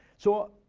so,